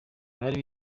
abari